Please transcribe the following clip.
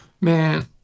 man